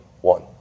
one